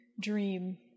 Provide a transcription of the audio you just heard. dream